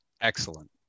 excellent